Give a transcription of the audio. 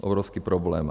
Obrovský problém.